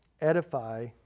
edify